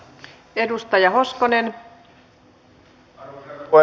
arvoisa puhemies